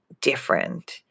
different